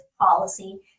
policy